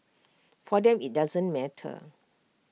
for them IT doesn't matter